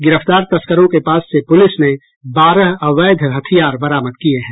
गिरफ्तार तस्करों के पास से पुलिस ने बारह अवैध हथियार बरामद किये हैं